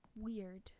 weird